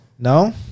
No